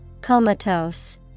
Comatose